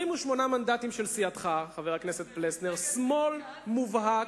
28 מנדטים של סיעתך, חבר הכנסת פלסנר, שמאל מובהק,